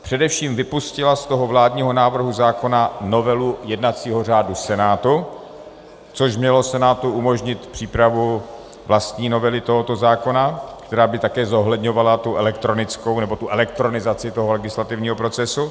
Především vypustila z toho vládního návrhu zákona novelu jednacího řádu Senátu, což mělo Senátu umožnit přípravu vlastní novely tohoto zákona, která by také zohledňovala tu elektronizaci legislativního procesu.